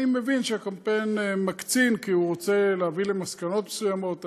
אני מבין שהקמפיין מקצין כי הוא רוצה להביא למסקנות מסוימות,